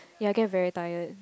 ya I get very tired